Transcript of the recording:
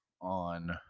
on